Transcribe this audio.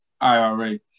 IRA